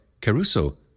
Caruso